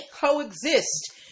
coexist